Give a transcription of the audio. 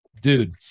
Dude